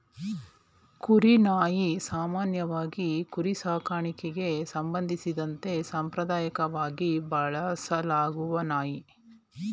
ಕುರಿ ನಾಯಿ ಸಾಮಾನ್ಯವಾಗಿ ಕುರಿ ಸಾಕಣೆಗೆ ಸಂಬಂಧಿಸಿದಂತೆ ಸಾಂಪ್ರದಾಯಕವಾಗಿ ಬಳಸಲಾಗುವ ನಾಯಿ